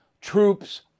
troops